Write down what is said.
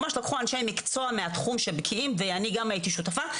ממש לקחו אנשי מקצוע מהתחום שהם בקיאים ואני גם הייתי שותפה.